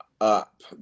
up